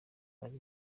ari